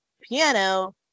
piano